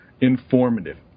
informative